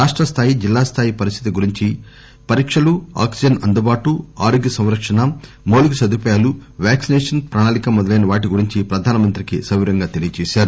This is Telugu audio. రాష్ట స్థాయి జిల్లా స్థాయి పరిస్థితి గురించి పరీక్షలు ఆక్సిజన్ అందుబాటు ఆరోగ్య సంరక్షణ మౌలిక సదుపాయాలు వ్యాక్సినేషన్ ప్రణాళిక మొదలైన వాటి గురించి ప్రధాన మంత్రికి సవివరంగా తెలియజేశారు